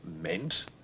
meant